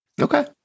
Okay